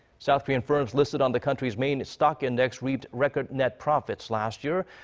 south korean firms listed on the country's main stock index reaped record net profits last year.